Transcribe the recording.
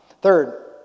Third